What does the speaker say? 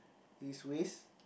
his waist